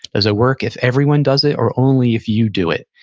does it work if everyone does it, or only if you do it?